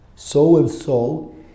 So-and-so